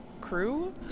crew